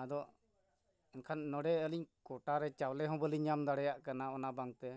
ᱟᱫᱚ ᱮᱱᱠᱷᱟᱱ ᱱᱚᱰᱮ ᱟᱹᱞᱤᱧ ᱠᱚᱴᱟ ᱨᱮ ᱪᱟᱣᱞᱮ ᱦᱚᱸ ᱵᱟᱹᱞᱤᱧ ᱧᱟᱢ ᱫᱟᱲᱮᱭᱟᱜ ᱠᱟᱱᱟ ᱚᱱᱟ ᱵᱟᱝᱛᱮ